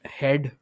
head